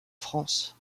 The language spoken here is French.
france